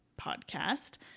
podcast